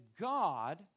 God